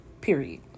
period